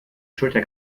schulter